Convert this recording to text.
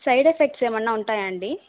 side effects ఏమైనా ఉంటాయా అండి